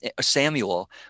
Samuel